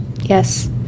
Yes